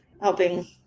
helping